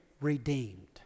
redeemed